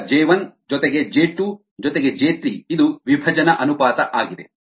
ಆದ್ದರಿಂದ ಜೆ 2 ರಿಂದ ಜೆ 1 ಜೊತೆಗೆ ಜೆ 2 ಜೊತೆಗೆ ಜೆ 3 ಇದು ವಿಭಜನಾ ಅನುಪಾತ ಆಗಿದೆ